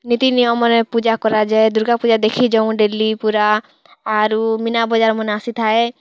ନୀତି ନିୟମରେ ପୂଜା କରାଯାଏ ଦୁର୍ଗାପୂଜା ଦେଖି ଯଉଁ ଡ଼େଲି ପୂରା ଆରୁ ମୀନାବଜାର୍ ମାନ୍ ଆସିଥାଏ